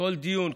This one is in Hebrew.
שכל דיון,